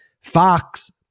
Fox